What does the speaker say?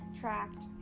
tracked